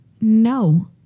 No